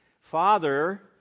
Father